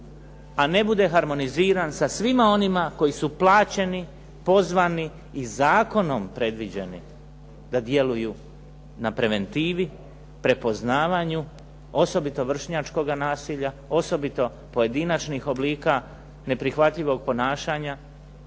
a ne bude harmoniziran sa svima onima koji su plaćeni, pozvani i zakonom predviđeni da djeluju na preventivi, prepoznavanju osobito vršnjačkoga nasilja, osobito pojedinačnih oblika neprihvatljivih ponašanja